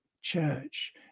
church